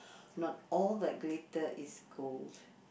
not all that glitter is gold